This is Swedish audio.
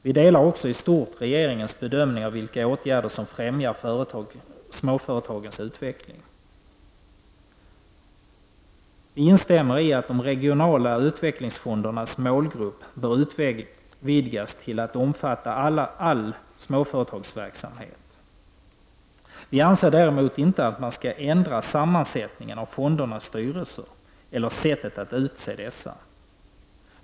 Vi delar också i stort regeringens bedömning av vilka åtgärder som främjar småföretagens utveckling. Vi instämmer i att de regionala utvecklingsfondernas målgrupp bör utvidgas till att omfatta all småföretagsverksamhet. Vi anser däremot inte att man skall ändra sammansättningen av fondernas styrelser eller sättet att utse dessa.